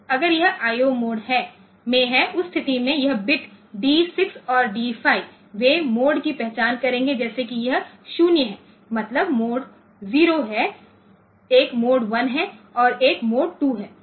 अगर यह IO mode में है उस स्थिति में यह बिट D 6 और D 5 वे मोड की पहचान करेंगे जैसे कि यह 0 हैमतलब मोड 0 है एक मोड 1 है और एक मोड 2 है